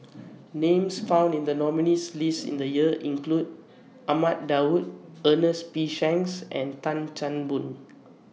Names found in The nominees' list in The Year include Ahmad Daud Ernest P Shanks and Tan Chan Boon